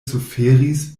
suferis